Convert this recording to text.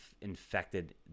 infected